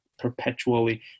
perpetually